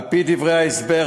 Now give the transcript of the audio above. על-פי דברי ההסבר,